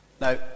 Now